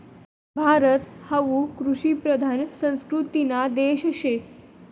भारत हावू कृषिप्रधान संस्कृतीना देश शे